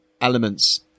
elements